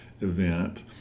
event